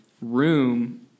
room